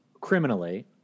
criminally